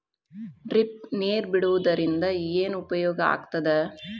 Drip ನೇರ್ ಬಿಡುವುದರಿಂದ ಏನು ಉಪಯೋಗ ಆಗ್ತದ?